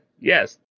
Yes